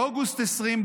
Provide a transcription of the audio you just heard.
באוגוסט 2020,